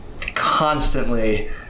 constantly